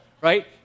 right